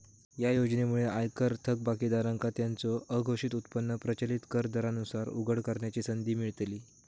या योजनेमुळे आयकर थकबाकीदारांका त्यांचो अघोषित उत्पन्न प्रचलित कर दरांनुसार उघड करण्याची संधी मिळतली